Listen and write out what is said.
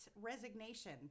resignation